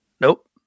Nope